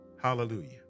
hallelujah